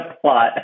plot